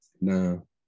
no